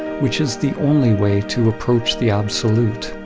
which is the only way to approach the absolute.